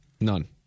None